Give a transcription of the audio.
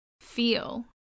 feel